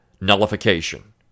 Nullification